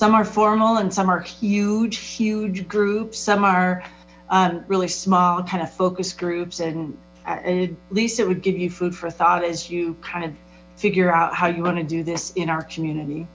are formal and some are huge huge groups some are really small kind of focus groups and at least it would give you food for thought as you kind of figure out how you want to do this in our community